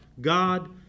god